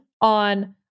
on